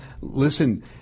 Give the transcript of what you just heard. listen